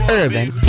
urban